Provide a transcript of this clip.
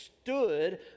stood